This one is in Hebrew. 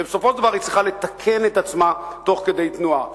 ובסופו של דבר היא צריכה לתקן את עצמה תוך כדי תנועה.